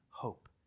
hope